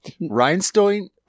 Rhinestone